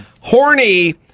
Horny